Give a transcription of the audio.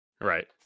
Right